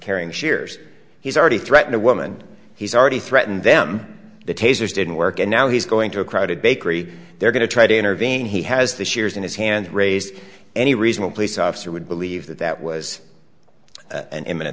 carrying shares he's already threatened a woman he's already threatened them the tasers didn't work and now he's going to a crowded bakery they're going to try to intervene he has this years in his hand raised any reason a police officer would believe that that was an imminent